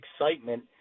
excitement